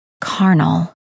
carnal